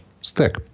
stick